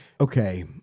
Okay